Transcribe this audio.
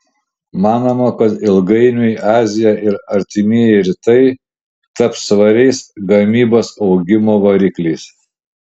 manoma kad ilgainiui azija ir artimieji rytai taps svariais gamybos augimo varikliais